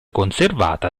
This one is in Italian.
conservata